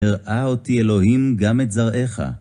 הראה אותי אלוהים גם את זרעך.